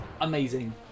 amazing